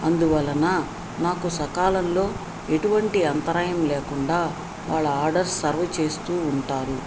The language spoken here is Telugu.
అందువలన నాకు సకాలంలో ఎటువంటి అంతరాయం లేకుండా వాళ్ళ ఆర్డర్ సర్వ్ చేస్తూ ఉంటారు